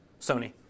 Sony